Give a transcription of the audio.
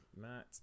Matt